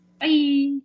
Bye